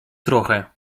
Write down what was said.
trochę